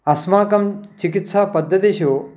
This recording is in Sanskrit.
अस्माकं चिकित्सापद्धतिषु